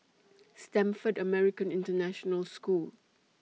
Stamford American International School